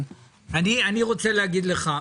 אני רוצה להגיד לך,